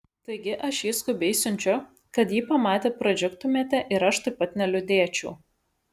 taigi aš jį skubiai siunčiu kad jį pamatę pradžiugtumėte ir aš taip pat neliūdėčiau